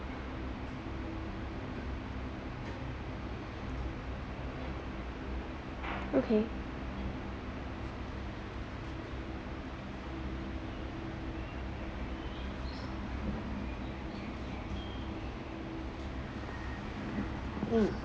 okay mm